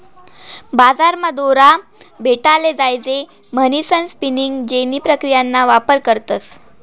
बजारमा दोरा भेटाले जोयजे म्हणीसन स्पिनिंग जेनी प्रक्रियाना वापर करतस